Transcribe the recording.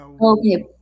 Okay